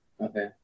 Okay